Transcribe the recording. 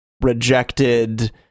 rejected